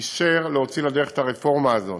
אישר להוציא לדרך את הרפורמה הזאת,